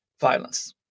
violence